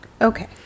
Okay